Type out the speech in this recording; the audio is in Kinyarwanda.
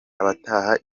abataha